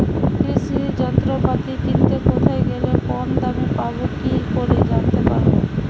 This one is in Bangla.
কৃষি যন্ত্রপাতি কিনতে কোথায় গেলে কম দামে পাব কি করে জানতে পারব?